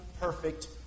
perfect